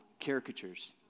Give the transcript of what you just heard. caricatures